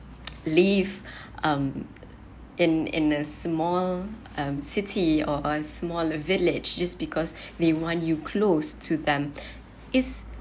live um in in a small um city or a smaller village just because they want you close to them is